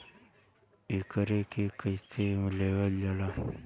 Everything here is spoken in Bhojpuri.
एकरके कईसे लेवल जाला?